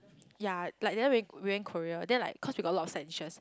ya like then when we went Korea then like cause we got a lot of side dishes